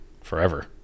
forever